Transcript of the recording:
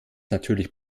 natürlich